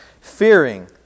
Fearing